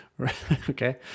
Okay